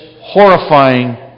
horrifying